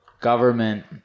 government